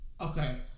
Okay